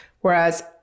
Whereas